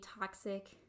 toxic